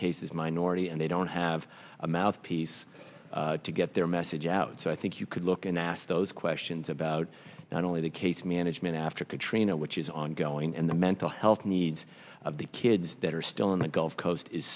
cases minority and they don't have a mouthpiece to get their message out so i think you could look and ask those questions about not only the case management after katrina which is ongoing and the mental health needs of the kids that are still in the gulf coast is